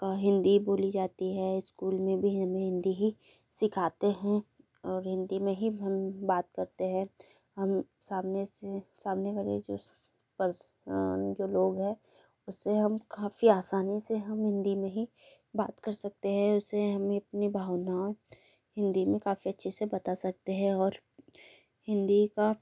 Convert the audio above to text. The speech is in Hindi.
का हिंदी बोली जाती है स्कूल में भी हमें हिंदी ही सिखाते हैं और हिंदी में ही बात करते हैं हम सामने से सामने वाले जिस पर जो लोग हैं उससे हम काफ़ी आसानी से हम हिंदी में ही बात कर सकते हैं उससे हमें अपनी भावना हिंदी में काफ़ी अच्छे से बता सकते हैं और हिंदी का